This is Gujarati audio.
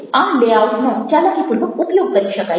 આ લેઆઉટ નો ચાલાકીપૂર્વક ઉપયોગ કરી શકાય છે